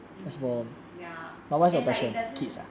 mm ya and like it doesn't